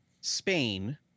Spain